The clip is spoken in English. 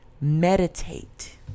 meditate